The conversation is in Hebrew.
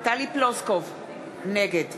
טלי פלוסקוב, נגד